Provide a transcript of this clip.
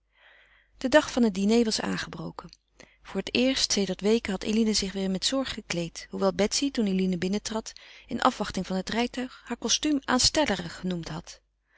de dag van het diner was aangebroken voor het eerst sedert weken had eline zich weêr met zorg gekleed hoewel betsy toen eline binnen trad in afwachting van het rijtuig haar costuum aanstellerig genoemd had